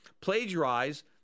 plagiarize